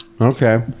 Okay